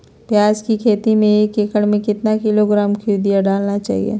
प्याज की खेती में एक एकद में कितना किलोग्राम यूरिया डालना है?